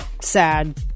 sad